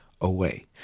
away